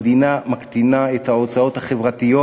המדינה מקטינה את ההוצאות החברתיות,